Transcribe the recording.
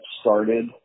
started